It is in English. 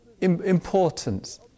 importance